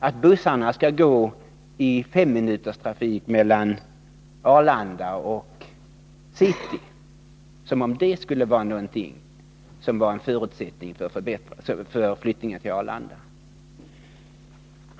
— att bussarna skall gå i femminuterstrafik mellan Arlanda och city. Som om det skulle vara en förutsättning för flyttningen till Arlanda!